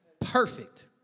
perfect